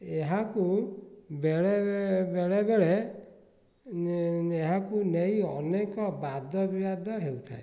ଏହାକୁ ବେଳେ ବେଳେବେଳେ ଏହାକୁ ନେଇ ଅନେକ ବାଦ ବିବାଦ ହେଉଥାଏ